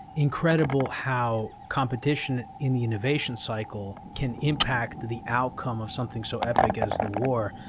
incredible how competition in the innovation cycle can impact the the outcome of something so epic as the war.